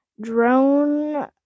drone